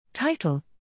Title